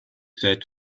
said